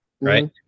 right